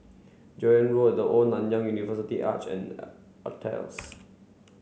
Joan Road The Old Nanyang University Arch and Altez